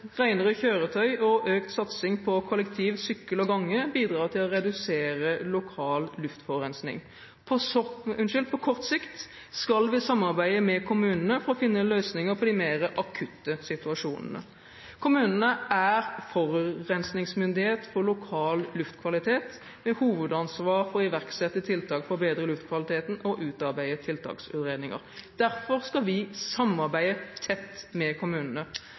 kjøretøy og økt satsing på kollektiv, sykkel og gange bidra til å redusere lokal luftforurensning. På kort sikt skal vi samarbeide med kommunene for å finne løsninger på de mer akutte situasjonene. Kommunene er forurensningsmyndighet for lokal luftkvalitet, med hovedansvar for å iverksette tiltak for å bedre luftkvaliteten og utarbeide tiltaksutredninger. Derfor skal vi samarbeide tett med kommunene.